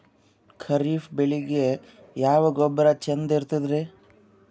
ಖರೀಪ್ ಬೇಳಿಗೆ ಯಾವ ಗೊಬ್ಬರ ಚಂದ್ ಇರತದ್ರಿ?